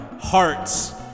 hearts